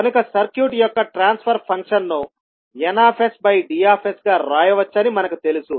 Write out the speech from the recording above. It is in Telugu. కనుక సర్క్యూట్ యొక్క ట్రాన్స్ఫర్ ఫంక్షన్ ను ND గా వ్రాయవచ్చని మనకు తెలుసు